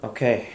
Okay